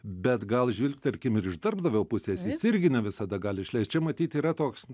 bet gal žvilgterkim ir iš darbdavio pusės jis irgi ne visada gali išleist čia matyt yra toks